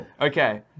Okay